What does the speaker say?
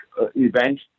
event